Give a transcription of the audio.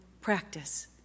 practice